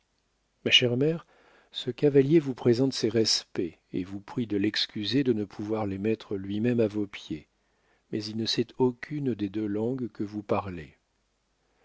ma chère mère ce cavalier vous présente ses respects et vous prie de l'excuser de ne pouvoir les mettre lui-même à vos pieds mais il ne sait aucune des deux langues que vous parlez